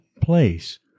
place